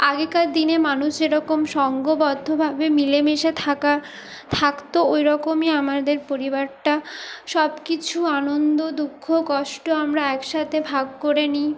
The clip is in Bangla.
আগেকার দিনে মানুষ যেরকম সংঘবদ্ধভাবে মিলেমিশে থাকা থাকত ওইরকমই আমাদের পরিবারটা সব কিছু আনন্দ দুঃখ কষ্ট আমরা একসাথে ভাগ করে নিই